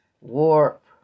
warp